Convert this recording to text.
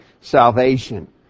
salvation